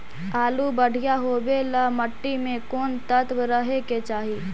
आलु बढ़िया होबे ल मट्टी में कोन तत्त्व रहे के चाही?